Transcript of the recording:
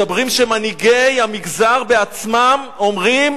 מדברים שמנהיגי המגזר בעצמם אומרים: